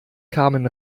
kamen